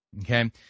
okay